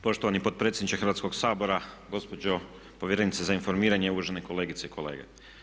Poštovani potpredsjedniče Hrvatskog sabora, gospođo povjerenice za informiranje, uvažene kolegice i kolege.